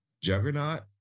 Juggernaut